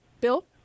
Bill